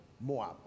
Moab